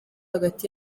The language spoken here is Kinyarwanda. hagati